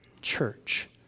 church